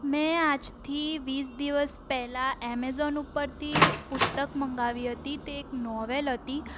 મેં આજથી વીસ દિવસ પહેલા એમેઝોન ઉપરથી પુસ્તક મંગાવી હતી તે એક નોવેલ હતી